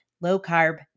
low-carb